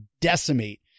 decimate